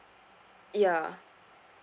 ya